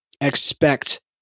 expect